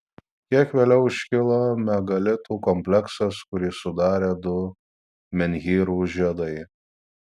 kiek vėliau iškilo megalitų kompleksas kurį sudarė du menhyrų žiedai